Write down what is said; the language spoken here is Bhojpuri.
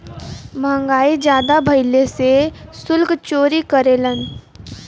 महंगाई जादा भइले से सुल्क चोरी करेलन